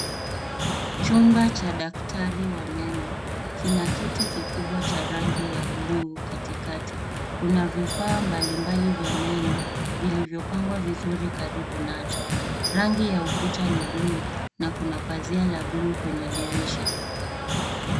Chumba cha daktari wa meno kina kiti kikubwa cha rangi ya buluu katikati, kuna vifaa mbalimbali vya meno vilivyo pangwa vizuri karibu nacho. Rangi ya ukuta ni buluu na kuna pazia la buluu kwenye dirisha.